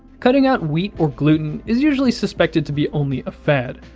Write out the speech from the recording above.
cutting out wheat or gluten is usually suspected to be only a fad,